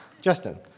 Justin